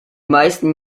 meisten